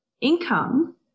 income